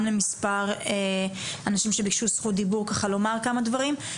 למספר אנשים שביקשו זכות דיבור ככה לומר כמה דברים.